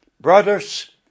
Brothers